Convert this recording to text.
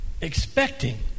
expecting